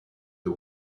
the